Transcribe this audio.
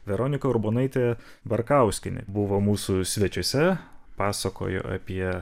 veronika urbonaitė barkauskienė buvo mūsų svečiuose pasakojo apie